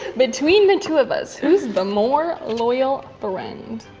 between the two of us, who's the more loyal friend?